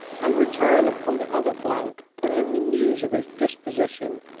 and return upon the other flank, bringing me news of his disposition.